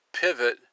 pivot